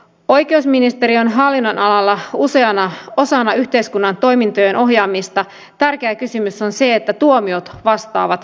g oikeusministeriön hallinnonalalla useana osana yhteiskunnan toimintojen ohjaamista tärkeä samoin on tärkeää että tuomiot vastaavat